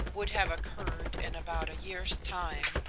would have occurred in about a year's time,